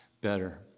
better